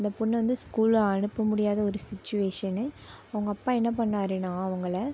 அந்த பொண்ணு வந்து ஸ்கூல் அனுப்ப முடியாத ஒரு சுச்சுவேஷனு அவங்க அப்பா என்ன பண்ணிணாருனா அவங்களை